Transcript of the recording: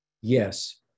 yes